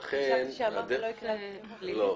לא.